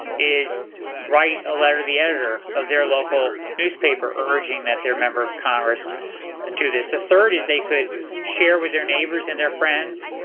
is write a letter to the editor of their local newspaper urging that their member of congress do this. the third, is they could share with their neighbors and their friends.